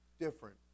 different